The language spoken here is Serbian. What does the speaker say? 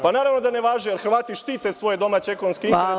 Pa, naravno da ne važe, jer Hrvati štite svoje domaće ekonomske interese.